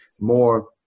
more